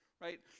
right